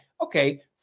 okay